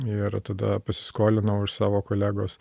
ir tada pasiskolinau iš savo kolegos